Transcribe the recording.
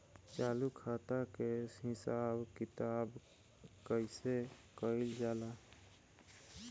चालू खाता के हिसाब किताब कइसे कइल जाला?